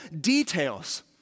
details